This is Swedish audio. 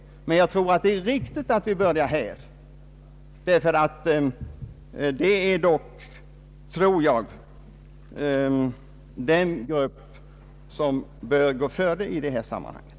Men jag tror det är riktigt att börja med statstjänstemännen, som i varje fall är den stora och kända gruppen med dessa favörer.